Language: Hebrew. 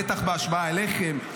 בטח בהשוואה אליכם.